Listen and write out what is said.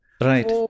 Right